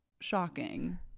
shocking